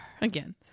Again